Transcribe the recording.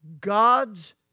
God's